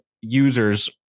users